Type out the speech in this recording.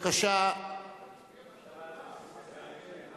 ההצעה להפוך את הצעת חוק